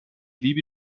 liebe